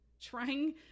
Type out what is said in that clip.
trying